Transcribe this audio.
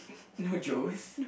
you know Joe's